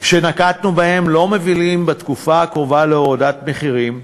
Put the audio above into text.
לא מובילים בתקופה הקרובה להורדת מחירים,